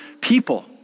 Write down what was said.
people